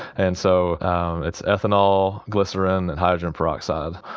and so its ethanol, glycerin and hydrogen peroxide,